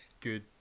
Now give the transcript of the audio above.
good